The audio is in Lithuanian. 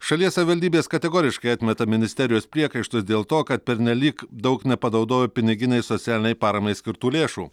šalies savivaldybės kategoriškai atmeta ministerijos priekaištus dėl to kad pernelyg daug nepanaudojo piniginei socialinei paramai skirtų lėšų